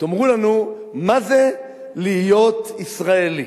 תאמרו לנו, מה זה להיות ישראלי?